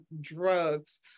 drugs